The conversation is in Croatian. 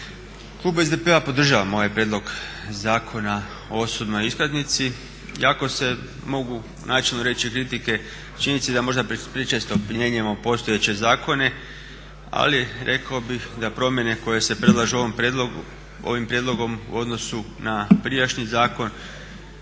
Klub SDP-a podržava ovaj prijedlog Zakona o osobnoj iskaznici iako se mogu načelno reći kritike u činjenici da možda prečesto mijenjamo postojeće zakone, ali rekao bih da promjene koje se predlažu ovim prijedlogom u odnosu na prijašnji zakon